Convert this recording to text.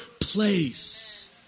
place